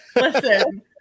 listen